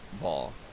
ball